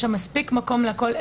יש שם מספיק מקום לכול.